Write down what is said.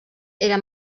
era